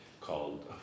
Called